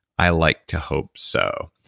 i like to hope so.